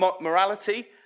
morality